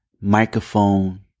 microphone